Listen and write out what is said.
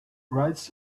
rides